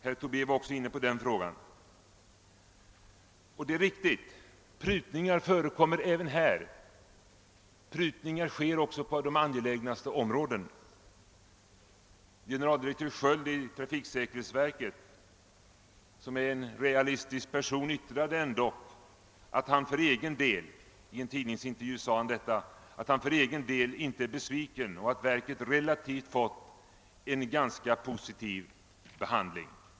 Herr Tobé var också inne på detta. Och det är riktigt — prutningar förekommer även här, prutningar sker på de angelägnaste områden. Generaldirektör Skiöld i trafiksäkerhetsverket, som är en realistisk person, har i en tidningsintervju uttalat att han för egen del inte är besviken utan att verket relativt sett fått en ganska positiv behandling.